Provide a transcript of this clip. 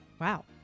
Wow